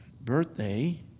birthday